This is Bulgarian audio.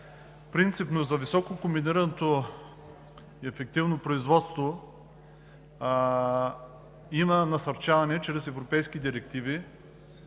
Принципно за висококомбинираното ефективно производство има насърчаване чрез европейски директиви.